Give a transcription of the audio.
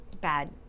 bad